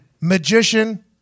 magician